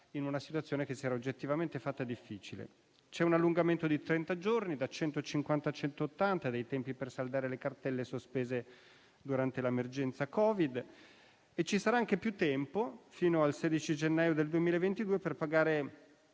in una situazione diventata oggettivamente difficile. C'è un allungamento di trenta giorni, da centocinquanta a centottanta, dei tempi per saldare le cartelle sospese durante l'emergenza Covid e ci sarà anche più tempo, fino al 16 gennaio del 2022, per pagare